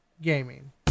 gaming